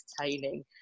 entertaining